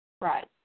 Right